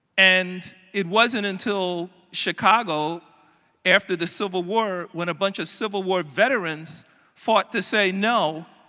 and it wasn't until chicago after the civil war, when a bunch of civil war veterans fought to say no,